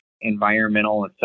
environmental